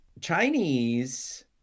Chinese